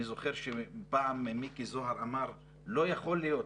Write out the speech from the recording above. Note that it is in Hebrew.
אני זוכר שפעם מיקי זוהר אמר: לא יכול להיות,